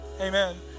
Amen